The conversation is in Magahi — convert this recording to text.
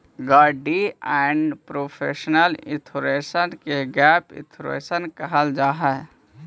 गारंटीड एसड प्रोपोर्शन इंश्योरेंस के गैप इंश्योरेंस कहल जाऽ हई